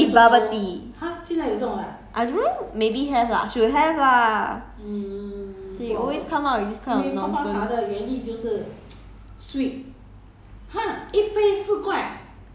they have the 中国茶 chinese oolong tea or something like that with bubble tea I don't know maybe have lah should have lah they always come out with this kind of nonsense